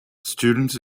students